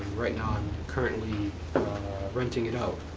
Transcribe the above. right now i'm currently renting it out.